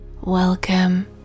Welcome